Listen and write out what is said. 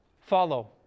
follow